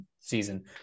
season